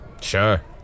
Sure